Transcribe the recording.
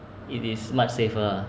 it is much safer ah